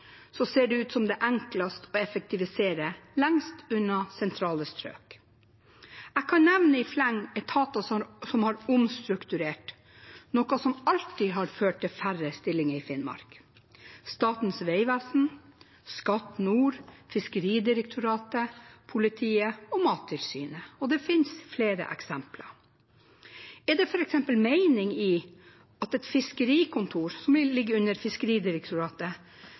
enklest å effektivisere lengst unna sentrale strøk. Jeg kan nevne i fleng etater som har «omstrukturert», noe som alltid har ført til færre stillinger i Finnmark: Statens vegvesen, Skatt nord, Fiskeridirektoratet, politiet og Mattilsynet – og det fins flere eksempler. Er det f.eks. mening i at fiskerikontor, som ligger under Fiskeridirektoratet,